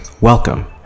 welcome